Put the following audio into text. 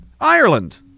Ireland